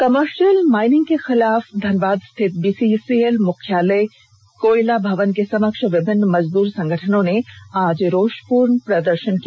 commercial mining के खिलाफ धनबाद स्थित बीसीसीएल मुख्यालय कोयला भवन के समक्ष विभिन्न मजदूर संगठनों ने आज रोषपूर्ण प्रदर्षण किया